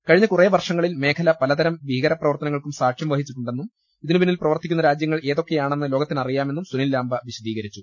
കഴിഞ്ഞ കുറേവർഷങ്ങളിൽ മേഖല പല തരം ഭീകരപ്രവർത്തനങ്ങൾക്കും സാക്ഷ്യം വഹിച്ചിട്ടു ണ്ടെന്നും ഇതിനു പിന്നിൽ പ്രവർത്തിക്കുന്ന രാജ്യങ്ങൾ ഏതൊ ക്കെ യാ ണെന്ന് ലോക ത്തി ന റി യാ മെന്നും സുനിൽലാംബ വിശദികരിച്ചു